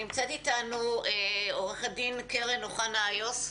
נמצאת אתנו עורכת הדין קרן אוחנה איוס.